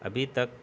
ابھی تک